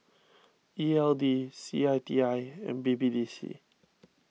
E L D C I T I and B B D C